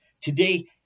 Today